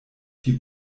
die